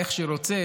איך שרוצה,